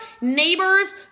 neighbors